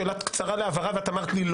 שאלה קצרה להבהרה ואת אמרת לי,